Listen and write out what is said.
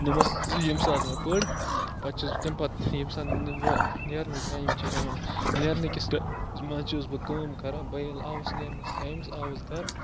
ییٚمۍ ساتہٕ مےٚ پٔڑ پَتہٕ چھُس بہٕ تَمہِ پَتہٕ ییٚمۍ ساتہٕ نیرنُک ٹایِم چھُ یِوان نیرنٕکِس منٛز چھُس بہٕ کٲم کَران بہٕ ییٚلہِ آوُس نیرنٕکِس ٹایمَس آوُس گَرٕ